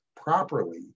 properly